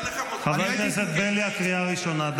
חבר הכנסת בליאק, קריאה ראשונה.